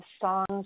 songs